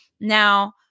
Now